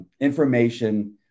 information